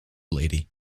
lady